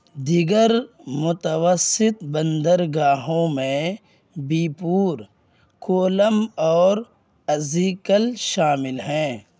دیگر متوسط بندرگاہوں میں بیپور کولم اور اژیکل شامل ہیں